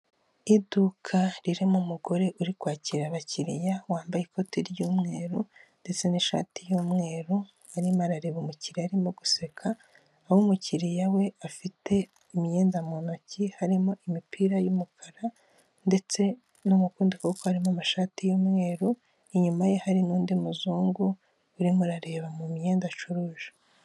Iduka ririmo umugore uri kwakira abakiriya, wambaye ikote ry'umweru ndetse n'ishati y'umweru. Arimo arareba umukiriya arimo guseka, aho umukiriya we afite imyenda mu ntoki harimo imipira y'umukara ndetse no mukundu kuboko harimo amashati y'umweru. Inyuma ye hari n'undi muzungu urimo arareba mu myenda acuruje.